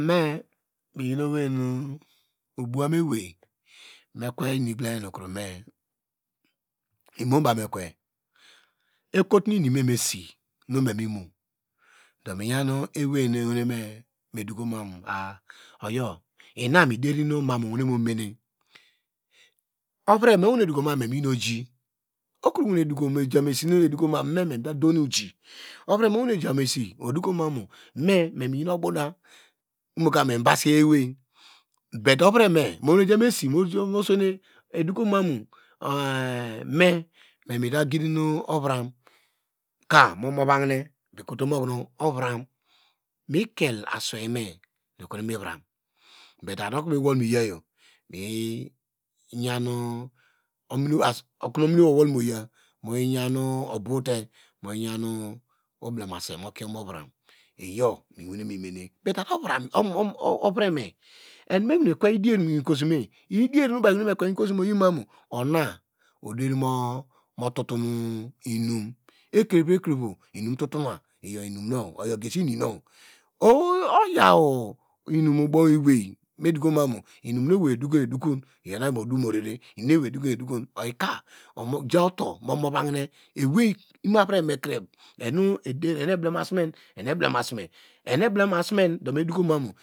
Miyinu oweinu obowame wei mekwe inum nu igbloma hine mukrome imuno buw me kwe ekotonu ini memesi nu me minu domiyan ewei nu ewane medokoma mu oyo ina mideronu mamu owe nemumene, ovreme owene doki onamu me oji, okrowa ne jamu esi medoko memita donu ji, ovreme oweni dokoma mu me mebasi ewei but ovreme owen jamu esimo sene, edoko mamu me, me meta gidinu ovram kamuma vahine, mikel aswei me nukro omovra but okono miwol miyaw yo mivi yanu ominowei okono ominowei owol moya moyiyano oblemase mokie omovram, iyo miwane mimene but ovreme enu mewane kwe idier mu ikosome, idier mekwe mu ikosome oyi mamu ona oderi mu tutuinum, ekrevo, ekrevo inum tutuwa oyo gesi ininu owei oya inum mubow ewei modukumuma inu nu ewei edoko, edokon iyor inu oyi odumurere, inum nu edoko edoko oyika muja utow mu mavu hine enu eblema sumen enu eblema sume, enu eblemasume, enu eblemasume me dokoma mu